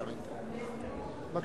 אני